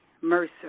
Mercer